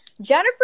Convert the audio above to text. jennifer